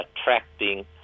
attracting